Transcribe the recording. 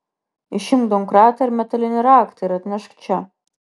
išimk domkratą ir metalinį raktą ir atnešk čia